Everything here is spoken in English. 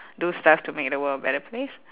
do stuff to make the world a better place